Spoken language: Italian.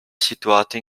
situato